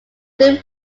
then